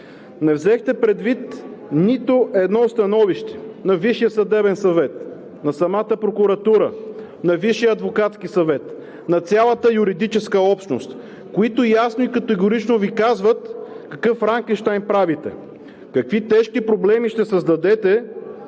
Не взехте предвид нито едно становище на Висшия съдебен съвет, на самата прокуратура, на Висшия адвокатски съвет, на цялата юридическа общност, които ясно и категорично Ви казват какъв Франкенщайн правите, какви тежки проблеми ще създадете